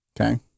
okay